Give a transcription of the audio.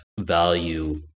value